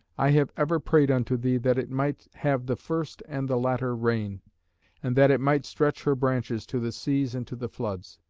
i have ever prayed unto thee that it might have the first and the latter rain and that it might stretch her branches to the seas and to the floods.